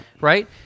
right